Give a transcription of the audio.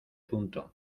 punto